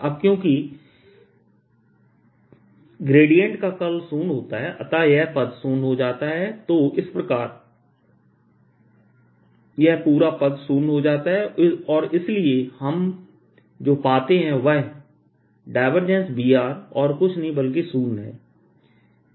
अब क्योंकि ग्रेडियंट का कर्ल शून्य होता है अतः यह पद शून्य हो जाता है तो इस प्रकार यह पूरा पद शून्य हो जाता है और इसलिए हम जो पाते हैं वह Br और कुछ नहीं बल्कि शून्य है